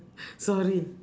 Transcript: sorry